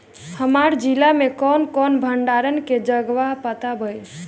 हमरा जिला मे कवन कवन भंडारन के जगहबा पता बताईं?